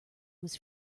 was